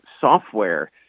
software